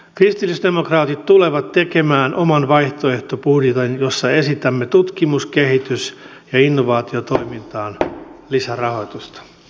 kristillisdemokraatit tulevat tekemään oman vaihtoehtobudjetin jossa esitämme tutkimus kehitys ja innovaatiotoimintaan lisärahoitusta